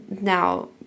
now